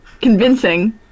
convincing